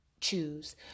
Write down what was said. choose